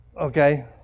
okay